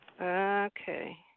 Okay